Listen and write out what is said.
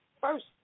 first